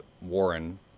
Warren